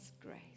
grace